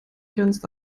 grenzt